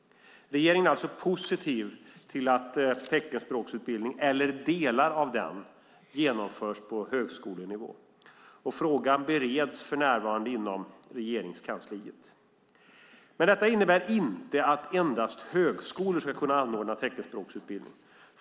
Regeringen är alltså positiv till att teckenspråksutbildning, eller delar av den, genomförs på högskolenivå. Frågan bereds för närvarande inom Regeringskansliet. Detta innebär inte att endast högskolor ska kunna anordna teckenspråksutbildning.